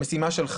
משימה של.